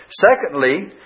Secondly